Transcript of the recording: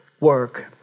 work